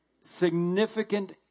significant